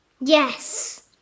Yes